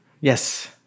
Yes